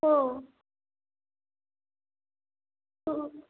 हो हो